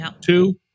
Two